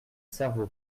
cerveau